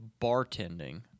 bartending